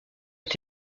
est